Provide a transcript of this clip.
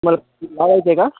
sir का